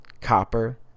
copper